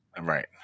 right